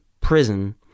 prison